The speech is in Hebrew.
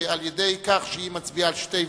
על-ידי כך שהיא מצביעה על שתי ועדות,